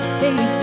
baby